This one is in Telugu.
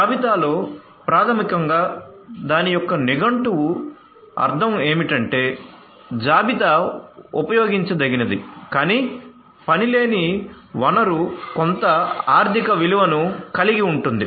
జాబితాలో ప్రాథమికంగా దాని యొక్క నిఘంటువు అర్ధం ఏమిటంటే జాబితా ఉపయోగించదగినది కానీ పనిలేని వనరు కొంత ఆర్థిక విలువను కలిగి ఉంటుంది